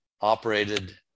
operated